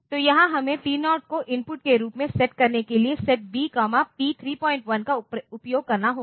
तो यहां हमें T0 को इनपुट के रूप में सेट करने के लिए सेट बी पी 34 का उपयोग करना होगा